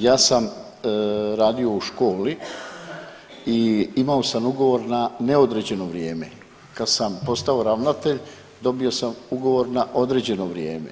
Ja sam radio u školi i imao sam ugovor na neodređeno vrijeme, kad sam postao ravnatelj dobio sam ugovor na određeno vrijeme